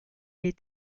est